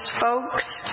folks